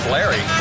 Larry